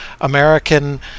American